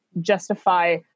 justify